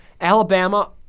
Alabama